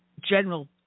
General